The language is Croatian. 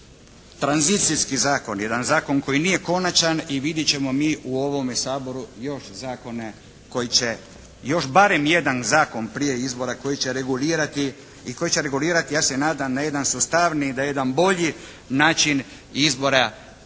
to jedan tranzicijski zakon, jedan zakon koji nije konačan i vidjet ćemo mi u ovome Saboru još zakone koji će još barem jedan zakon prije izbora koji će regulirati i koji će regulirati ja se nadam na jedan sustavniji, na jedan bolji način izbora